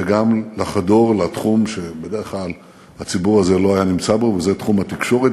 וגם לחדור לתחום שבדרך כלל הציבור הזה לא היה נמצא בו וזה תחום התקשורת,